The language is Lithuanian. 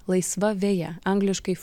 laisva veja angliškai